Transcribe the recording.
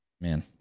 Man